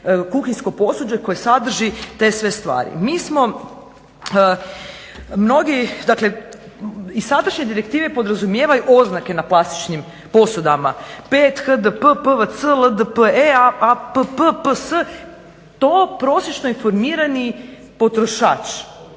kuhinjsko posuđe koje sadrži te sve stvari. Mi smo mnogi dakle i sadašnje direktive podrazumijevaju oznake na plastičnim posudama, 5 hdp, pvc, lde, app, ps, to prosječno informirani potrošač